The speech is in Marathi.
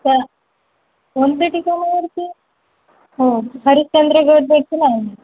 त्या वनपीटिकामती हो हरिश्चंद्रगड देखील आहे ना